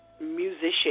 musician